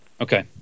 Okay